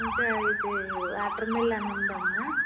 ఇంకా ఇది వాటర్మిలాన్ ఉందామ్మ